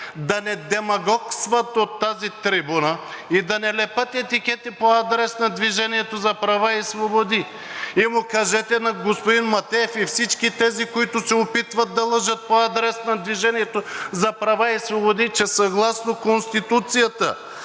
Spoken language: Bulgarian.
да не демагогстват от тази трибуна и да не лепят етикети по адрес на „Движение за права и свободи“. И му кажете на господин Матеев и на всички тези, които се опитват да лъжат по адрес на „Движение за права и свободи“, че съгласно Конституцията